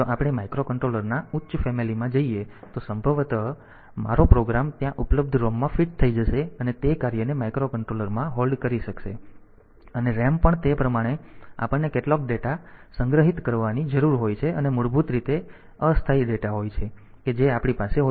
જો આપણે માઇક્રોકન્ટ્રોલરના ઉચ્ચ ફેમીલી માં જઈએ તો સંભવતઃ મારો પ્રોગ્રામ ત્યાં ઉપલબ્ધ ROM માં ફિટ થઈ જશે અને તે કાર્યને માઇક્રોકન્ટ્રોલરમાં જ હોલ્ડ કરી શકશે અને RAM પણ તે પ્રમાણે આપણને કેટલોક ડેટા સંગ્રહિત કરવાની જરૂર હોય છે અને મૂળભૂત રીતે અસ્થાયી ડેટા હોય છે કે જે આપણી પાસે હોય છે